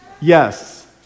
Yes